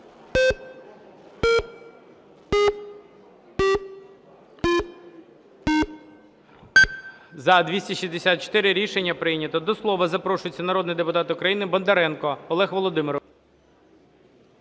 За-264 Рішення прийнято. До слова запрошується народний депутат України Бондаренко Олег Володимирович.